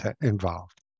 involved